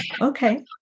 Okay